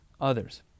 others